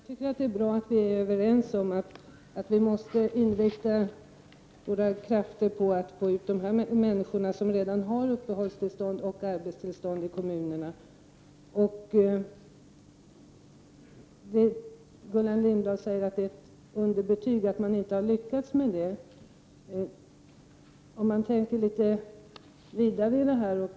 Herr talman! Jag tycker att det är bra att vi är överens om att vi måste inrikta våra krafter på att få ut de människor som redan har arbetsoch uppehållstillstånd i kommunerna. Gullan Lindblad sade att det är ett underbetyg för svensk flyktingoch invandrarpolitik att detta inte har lyckats. Men vi kan se litet vidare på detta.